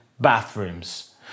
bathrooms